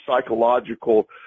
psychological